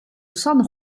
san